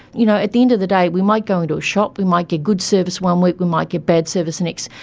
you know, at the end of the day we might go into a shop, we might get good service one week, we might get bad service the next.